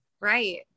right